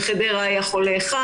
בחדרה היה חולה אחד,